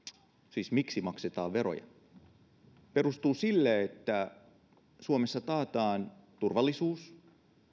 siis se miksi maksetaan veroja perustuu siihen että suomessa taataan turvallisuus